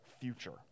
future